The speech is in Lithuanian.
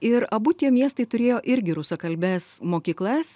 ir abu tie miestai turėjo irgi rusakalbes mokyklas